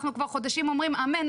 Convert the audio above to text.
אנחנו כבר חודשים אומרים 'אמן,